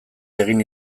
egin